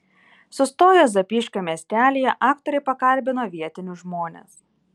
sustoję zapyškio miestelyje aktoriai pakalbino vietinius žmones